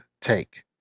take